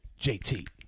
JT